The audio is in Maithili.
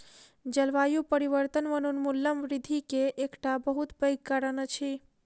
जलवायु परिवर्तन वनोन्मूलन वृद्धि के एकटा बहुत पैघ कारण अछि